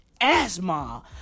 Asthma